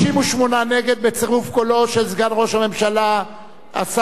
בצירוף קולו של סגן ראש הממשלה השר דן מרידור,